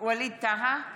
ווליד טאהא,